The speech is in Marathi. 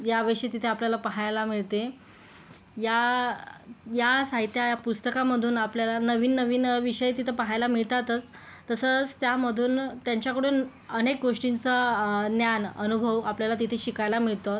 याविषयी तिथे आपल्याला पाहायला मिळते या या साहित्या या पुस्तकामधून आपल्याला नवीन नवीन विषय तिथं पहायला मिळतातच तसंच त्यामधून त्यांच्याकडून अनेक गोष्टींचा ज्ञान अनुभव आपल्याला तिथे शिकायला मिळतं